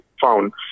found